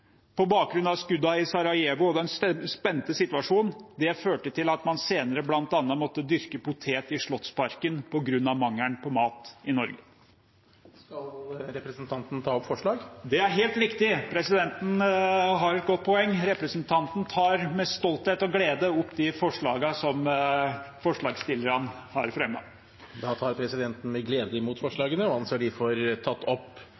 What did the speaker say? på bakgrunn av skuddene i Sarajevo og den spente situasjonen. Det førte til at man senere bl.a. måtte dyrke poteter i Slottsparken på grunn av mangelen på mat i Norge. Skal representanten ta opp forslag? Det er helt riktig – presidenten har et godt poeng! Representanten tar med stolthet og glede opp de forslagene som forslagsstillerne har fremmet. Da tar presidenten med glede imot forslagene, og anser dem for tatt opp!